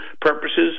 purposes